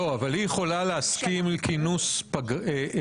לא, אבל היא יכולה להסכים לכינוס פגרה?